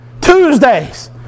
Tuesdays